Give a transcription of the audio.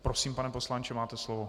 Prosím, pane poslanče, máte slovo.